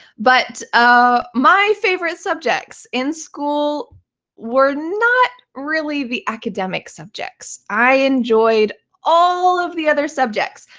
but ah my favorite subjects in school were not really the academic subjects. i enjoyed all of the other subjects.